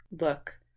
look